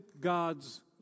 God's